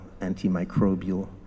antimicrobial